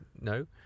no